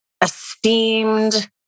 esteemed